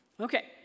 Okay